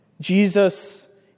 Jesus